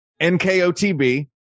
NKOTB